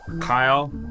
Kyle